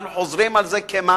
אנחנו חוזרים על זה כמנטרה,